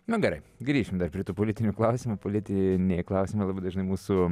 na gerai grįšime prie tų politinių klausimų politiniai klausimai labai dažni mūsų